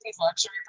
luxury